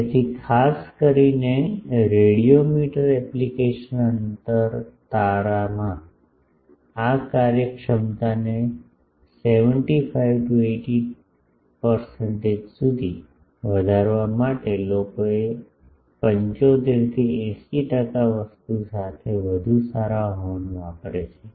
તેથી ખાસ કરીને રેડિયોમીટર એપ્લિકેશન અંતર તારામાં આ કાર્યક્ષમતાને 75 થી 80 ટકા સુધી વધારવા માટે લોકો 75 80 ટકા વસ્તુ સાથે વધુ સારા હોર્ન વાપરે છે